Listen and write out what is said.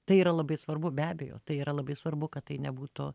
tai yra labai svarbu be abejo tai yra labai svarbu kad tai nebūtų